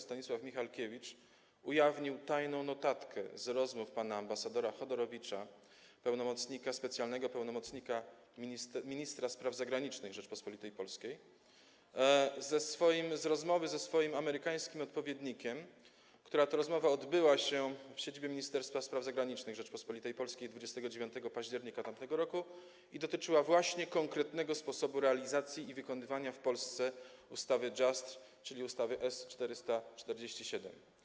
Stanisław Michalkiewicz ujawnił tajną notatkę z rozmowy pana ambasadora Chodorowicza, specjalnego pełnomocnika ministra spraw zagranicznych Rzeczypospolitej Polskiej, ze swoim amerykańskim odpowiednikiem, która to rozmowa odbyła się w siedzibie Ministerstwa Spraw Zagranicznych Rzeczypospolitej Polskiej 29 października tamtego roku i dotyczyła właśnie konkretnego sposobu realizacji i wykonywania w Polsce ustawy Just, czyli ustawy S.447.